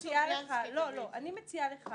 אני מציעה לך